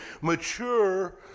mature